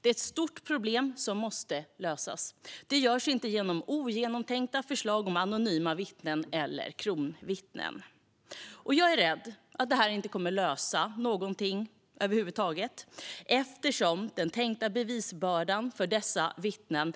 Det är ett stort problem som måste lösas. Det sker inte med hjälp av ogenomtänkta förslag om anonyma vittnen eller kronvittnen. Jag är rädd att detta inte kommer att lösa någonting över huvud taget eftersom den tänkta bevisbördan för dessa vittnen